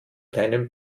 deinem